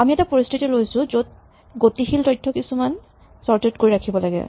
আমি এটা পৰিস্হিতি লৈছো য'ত আমি গতিশীল তথ্য কিছুমান চৰ্টেড কৰি ৰাখিব লাগে